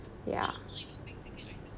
ya